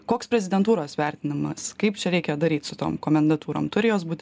koks prezidentūros vertinimas kaip čia reikia daryt su tom komendatūrom turi jos būt